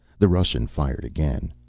the russian fired again.